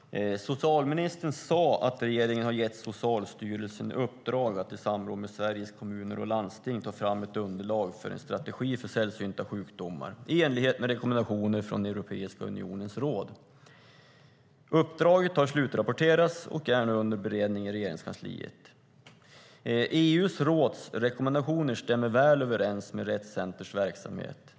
Fru talman! Socialministern sade att regeringen har gett Socialstyrelsen i uppdrag att i samråd med Sveriges Kommuner och Landsting ta fram ett underlag för en strategi för sällsynta sjukdomar i enlighet med rekommendationer från Europeiska unionens råd. Uppdraget har slutrapporterats och är nu under beredning i Regeringskansliet. EU:s rådsrekommendationer stämmer väl överens med Rett Centers verksamhet.